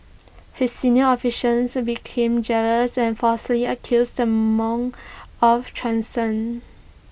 his senior officials became jealous and falsely accused the monks of treason